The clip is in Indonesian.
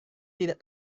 tidak